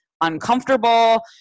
uncomfortable